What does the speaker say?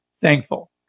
thankful